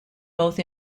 both